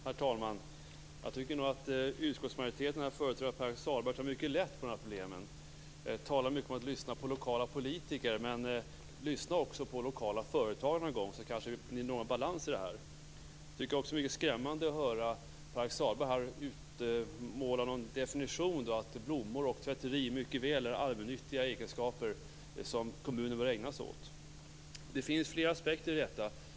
Herr talman! Jag tycker att utskottsmajoriteten, här företrädd av Pär-Axel Sahlberg, tar mycket lätt på de här problemen. Man talar mycket om att lyssna på lokala politiker. Men lyssna också på lokala företagare någon gång, så kanske ni når en balans i det hela! Jag tycker att det är skrämmande att höra Pär-Axel Sahlberg när han utmålar en definition av att blommor och tvätteri mycket väl är allmännyttiga verksamheter som kommuner bör ägna sig åt. Det finns flera aspekter på detta.